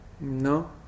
No